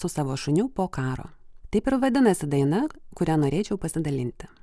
su savo šuniu po karo taip ir vadinasi daina kurią norėčiau pasidalinti